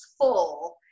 full